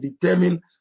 determine